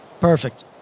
Perfect